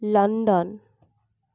London